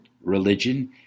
religion